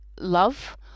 Love